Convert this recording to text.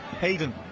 Hayden